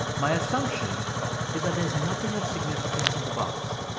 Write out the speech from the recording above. my assumption is that there's nothing of significance in the box,